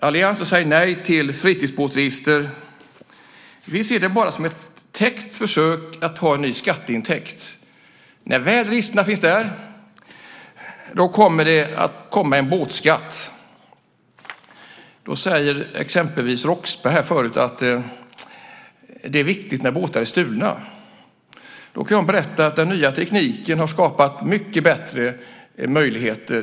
Alliansen säger nej till fritidsbåtsregister. Vi ser det bara som ett dolt försök att få in en ny skatteintäkt. När registren väl finns där, kommer det att bli en båtskatt. Exempelvis Claes Roxbergh sade här tidigare att detta är viktigt när båtar blir stulna. Då kan jag berätta att den nya tekniken har skapat mycket bättre möjligheter.